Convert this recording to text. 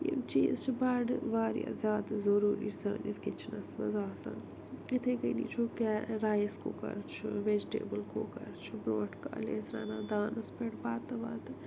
یِم چیٖز چھِ بَڈٕ واریاہ زیادٕ ضروٗری سٲنِس کِچنَس مَنٛز آسان یِتھٕے کٔنی چھُ کیٛاہ رایس کُکَر چھُ ویٚجٹیبل کُکَر چھُ برٛونٛٹھٕ کالہِ ٲسۍ رَنان دانَس پٮ۪ٹھ بَتہٕ وَتہٕ